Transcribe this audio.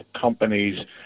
companies